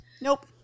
Nope